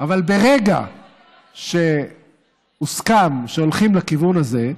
אבל ברגע שהוסכם שהולכים לכיוון הזה,